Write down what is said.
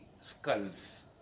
skulls